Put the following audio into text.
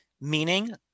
meaning